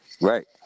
Right